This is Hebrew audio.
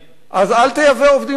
אז אל תייבא עובדים זרים.